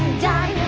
die!